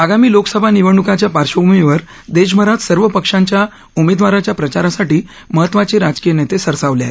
आगामी लोकसभा निवडणुकाच्या पार्श्वभूमीवर देशभरात सर्व पक्षांच्या उमेदवारांच्या प्रचारासाठी महत्वाचे राजकीय नेते सरसावले आहेत